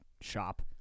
shop